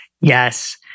Yes